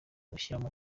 gushyiramo